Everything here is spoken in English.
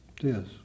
Yes